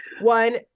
one